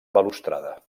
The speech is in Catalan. balustrada